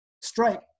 strike